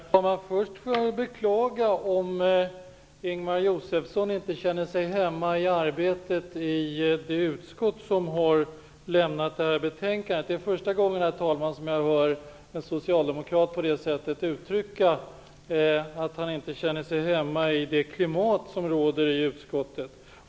Herr talman! Först beklagar jag om Ingemar Josefsson inte känner sig hemma i arbetet i det utskott som har avgett detta betänkande. Det är första gången, herr talman, som jag hör en socialdemokrat på det sättet uttrycka att han inte känner sig hemma i det klimat som råder i utskottet.